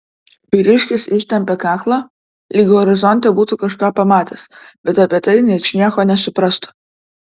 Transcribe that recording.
vyriškis ištempė kaklą lyg horizonte būtų kažką pamatęs bet apie tai ničnieko nesuprastų